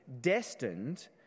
destined